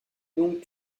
donc